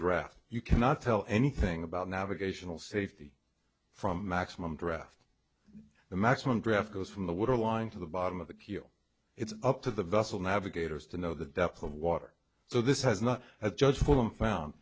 draft you cannot tell anything about navigational safety from maximum draft the maximum graph goes from the water line to the bottom of the queue it's up to the vessel navigators to know the depth of water so this has not a judge for them found